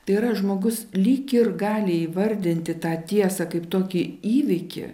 tai yra žmogus lyg ir gali įvardinti tą tiesą kaip tokį įvykį